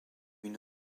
une